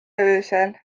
öösel